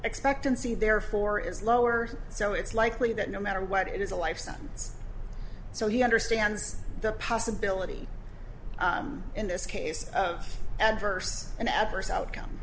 expectancy therefore is lower so it's likely that no matter what it is a life sentence so he understands the possibility in this case of adverse an adverse outcome